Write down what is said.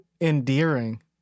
endearing